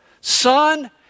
Son